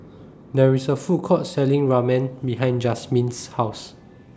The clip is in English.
There IS A Food Court Selling Ramen behind Jazmin's House